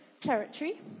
Territory